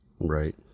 right